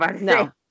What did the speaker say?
no